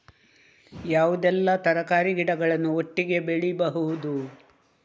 ಯಾವುದೆಲ್ಲ ತರಕಾರಿ ಗಿಡಗಳನ್ನು ಒಟ್ಟಿಗೆ ಬೆಳಿಬಹುದು?